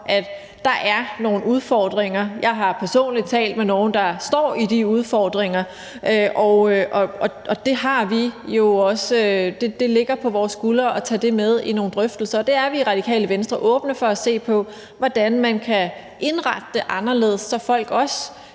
at der er nogle udfordringer. Jeg har personligt talt med nogle, der står med de udfordringer, og det ligger på vores skuldre at tage det med i nogle drøftelser, og vi er i Radikale Venstre åbne for at se på, hvordan man kan indrette det anderledes, så folk også